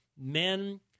Men